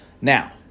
Now